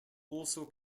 also